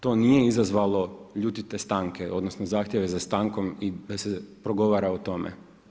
To nije izazvalo ljutite stanke odnosno zahtjeve za stankom i da se progovara o tome.